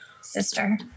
sister